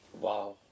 Wow